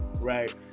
right